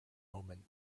omen